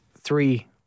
three